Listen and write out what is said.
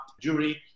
jury